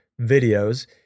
videos